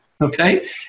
Okay